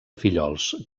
fillols